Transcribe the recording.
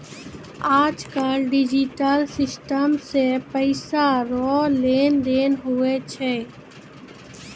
आज कल digital system से पैसा रो लेन देन हुवै छै